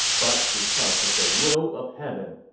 but because of the will of heaven.